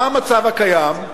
מה המצב הקיים?